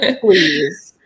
please